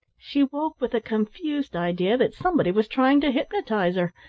she woke with a confused idea that somebody was trying to hypnotise her,